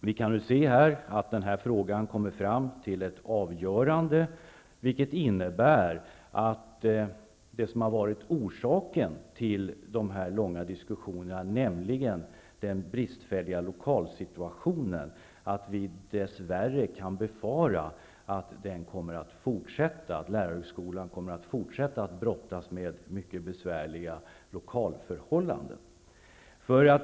Vi kan nu se att denna fråga kommer fram till ett avgörande. Vi kan dessvärre befara att lärarhögskolan kommer att forsätta att brottas med det problem som varit orsaken till dessa långa diskussioner, nämligen mycket besvärliga lokalförhållanden.